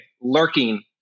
lurking